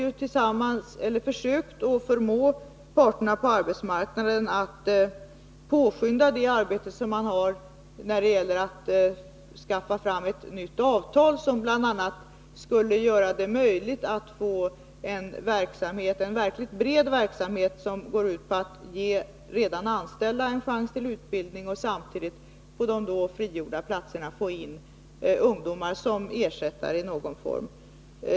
a. har vi försökt att förmå parterna på arbetsmarknaden att påskynda det arbete de bedriver när det gäller att skaffa fram ett nytt avtal, som bl.a. skulle göra det möjligt att få en verkligt bred verksamhet som går ut på att ge redan anställda en chans till utbildning och samtidigt på de sålunda frigjorda platserna få in ungdomar som ersättare i någon form.